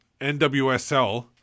NWSL